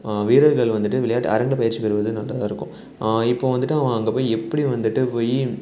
வீரர்கள் வந்துட்டு விளையாட்டு அரங்கில் பயிற்சி பெறுவது நல்லதாக இருக்கும் இப்போ வந்துட்டு அவன் அங்கே போய் எப்படி வந்துட்டு போய்